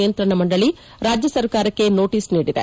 ನಿಯಂತ್ರಣ ಮಂಡಳಿ ರಾಜ್ಯ ಸರ್ಕಾರಕ್ಕೆ ನೋಟಿಸ್ ನೀಡಿದೆ